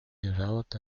developed